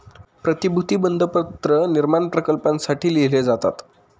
प्रतिभूती बंधपत्र निर्माण प्रकल्पांसाठी लिहिले जातात